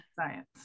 science